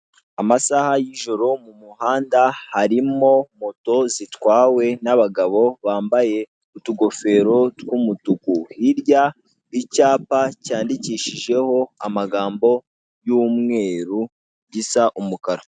Amasaha y'ijoro mu muhanda harimo moto zitwawe n'abagabo bambaye utugofero tw'umutuku; hirya icyapa cyandikishijeho amagambo y'umweru gisa umukara.